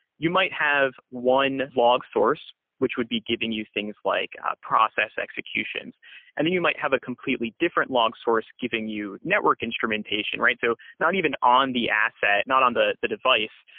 you might have one log source which would be giving you things like process executions and you might have a completely different log source giving you network instrumentation, right? so not even on the asset. not on the the device,